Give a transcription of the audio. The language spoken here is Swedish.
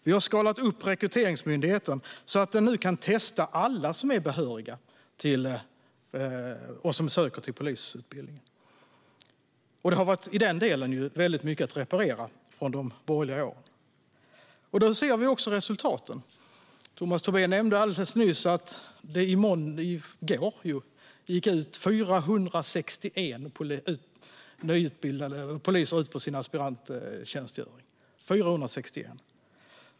Vi har skalat upp Rekryteringsmyndigheten, så att den nu kan testa alla som är behöriga och som söker till polisutbildningen. Det har i den delen varit väldigt mycket att reparera sedan de borgerliga åren. Vi ser också resultaten. Tomas Tobé nämnde alldeles nyss att 461 nyutbildade poliser i går gick ut på sin aspiranttjänstgöring - 461.